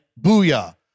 Booyah